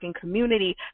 community